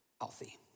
healthy